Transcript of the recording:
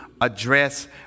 address